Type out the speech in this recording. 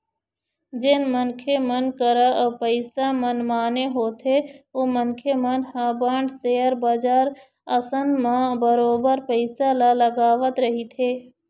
जेन मनखे मन करा पइसा मनमाने होथे ओ मनखे मन ह बांड, सेयर बजार असन म बरोबर पइसा ल लगावत रहिथे